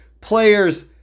players